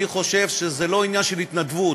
אני חושב שזה לא עניין של התנדבות,